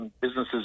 businesses